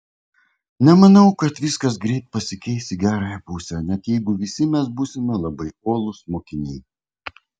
nemanau kad viskas greit pasikeis į gerąją pusę net jeigu visi mes būsime labai uolūs mokiniai